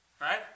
Right